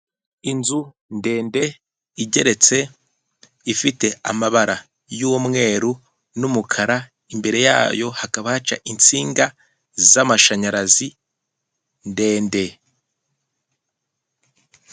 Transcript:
Inzu ndende, igeretse, ifite amabara y'umweru n'umukara, imbere yayo hakaba haca insinga z'amashanyarazi, ndende.